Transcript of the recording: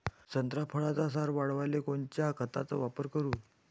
संत्रा फळाचा सार वाढवायले कोन्या खताचा वापर करू?